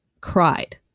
cried